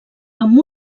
amb